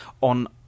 on